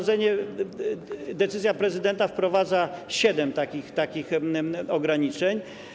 Decyzja prezydenta wprowadza siedem takich ograniczeń.